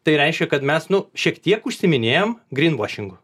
tai reiškia kad mes nu šiek tiek užsiiminėjam grin vašingu